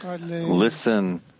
listen